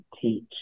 teach